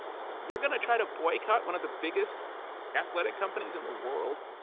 you're going to try to boycott one of the biggest athletic companies in the world?